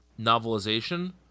novelization